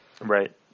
Right